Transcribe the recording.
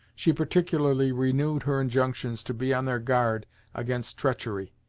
she particularly renewed her injunctions to be on their guard against treachery,